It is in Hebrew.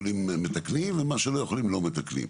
יכולים מתקנים ומה שלא יכולים לא מתקנים.